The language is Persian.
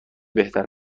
بهتر